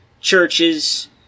churches